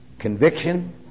conviction